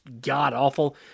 god-awful